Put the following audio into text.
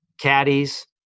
caddies